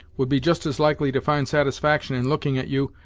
would be just as likely to find satisfaction in looking at you,